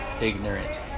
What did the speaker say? ignorant